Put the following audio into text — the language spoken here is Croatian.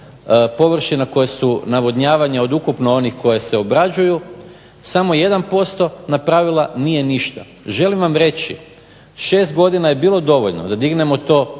površina koje se navodnjavaju od ukupno onih koje se obrađuju, samo 1%, napravila nije ništa. Želim vam reći, 6 godina je bilo dovoljno da dignemo to